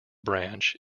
branch